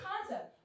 concept